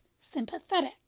sympathetic